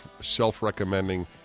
self-recommending